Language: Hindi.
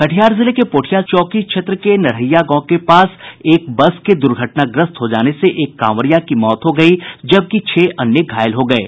कटिहार जिले के पोठिया चौकी क्षेत्र के नरहिया गांव के पास एक बस के द्र्घटनाग्रस्त हो जाने से एक कांवरिया की मौत हो गयी जबकि छह अन्य घायल हो गये